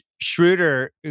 Schroeder